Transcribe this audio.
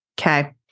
Okay